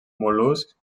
mol·luscs